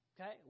Okay